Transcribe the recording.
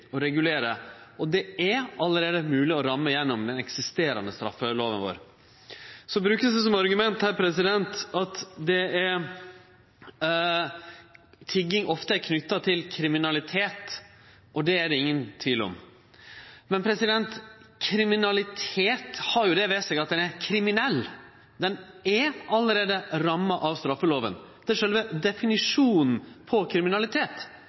å regulere, og det er allereie mogleg å ramme det gjennom den eksisterande straffelova vår. Så vert det brukt som argument her at tigging ofte er knytt til kriminalitet, og det er det ingen tvil om. Men kriminalitet har det ved seg at den er kriminell. Den er allereie ramma av straffelova. Det er sjølve definisjonen på kriminalitet,